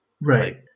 right